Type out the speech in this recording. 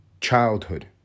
childhood